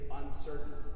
uncertain